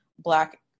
black